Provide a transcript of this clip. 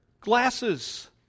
glasses